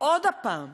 עוד פעם,